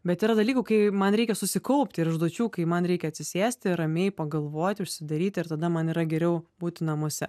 bet yra dalykų kai man reikia susikaupti ir užduočių kai man reikia atsisėsti ramiai pagalvoti užsidaryti ir tada man yra geriau būti namuose